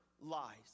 lies